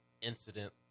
incident